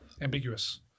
ambiguous